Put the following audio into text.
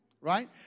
right